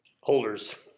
holders